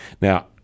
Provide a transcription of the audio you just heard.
now